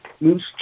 Moose